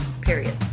period